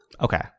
okay